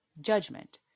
judgment